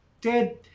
Dead